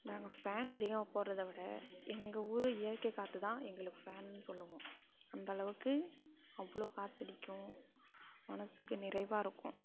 நாங்கள் ஃபேன் அதிகமாக போட்றதை விட எங்கள் ஊர் இயற்கை காற்றுதான் எங்களுக்கு ஃபேன்னு சொல்லுவோம் அந்தளவுக்கு அவ்வளோ காற்றடிக்கும் மனசுக்கு நிறைவாக இருக்கும்